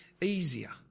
easier